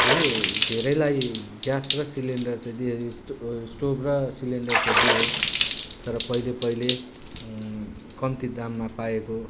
ले धेरैलाई ग्यास र सिलिन्डर त दिए स्टोभ र सिलिन्डर त दिए तर पहिले पहिले कम्ती दाममा पाएको